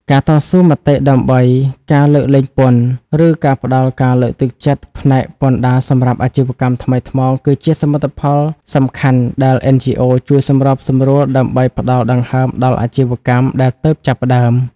ការតស៊ូមតិដើម្បីការលើកលែងពន្ធ ឬការផ្ដល់ការលើកទឹកចិត្តផ្នែកពន្ធដារសម្រាប់ អាជីវកម្មថ្មីថ្មោង គឺជាសមិទ្ធផលសំខាន់ដែល NGOs ជួយសម្របសម្រួល ដើម្បីផ្ដល់ដង្ហើមដល់អាជីវកម្មដែលទើបចាប់ផ្ដើម។